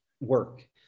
work